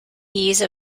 ease